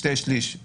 שני שלישים בהסכמה,